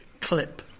clip